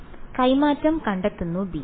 വിദ്യാർത്ഥി കൈമാറ്റം കണ്ടെത്തുന്നു b